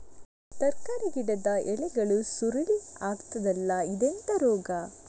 ತರಕಾರಿ ಗಿಡದ ಎಲೆಗಳು ಸುರುಳಿ ಆಗ್ತದಲ್ಲ, ಇದೆಂತ ರೋಗ?